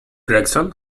gregson